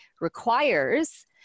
requires